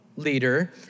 leader